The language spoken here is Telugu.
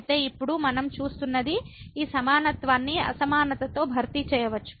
అయితే ఇప్పుడు మనం చూస్తున్నది ఈ సమానత్వాన్ని అసమానతతో భర్తీ చేయవచ్చు